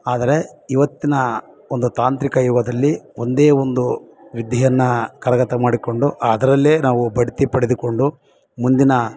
ಆದರೆ ಇವತ್ತಿನ ಒಂದು ತಾಂತ್ರಿಕ ಯುಗದಲ್ಲಿ ಒಂದೇ ಒಂದು ವಿದ್ಯೆಯನ್ನ ಕರಗತ ಮಾಡಿಕೊಂಡು ಅದರಲ್ಲೇ ನಾವು ಬಡ್ತಿ ಪಡೆದುಕೊಂಡು ಮುಂದಿನ